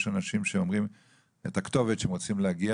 יש אנשים שאומרים את הכתובת שהם רוצים להגיע